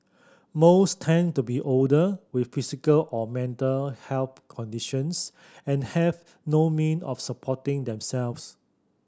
most tend to be older with physical or mental health conditions and have no mean of supporting themselves